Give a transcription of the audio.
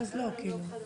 אם לא, אז לא.